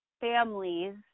families